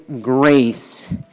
grace